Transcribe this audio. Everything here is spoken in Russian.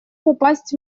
попасть